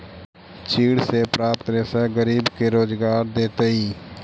चीड़ से प्राप्त रेशा गरीब के रोजगार देतइ